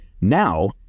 now